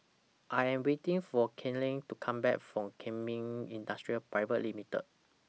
I Am waiting For Kalene to Come Back from Kemin Industries Private Limited